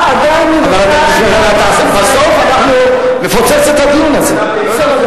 רבותי, בסוף אנחנו נפוצץ את הדיון הזה.